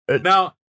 Now